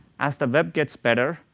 as the web gets better,